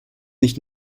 nicht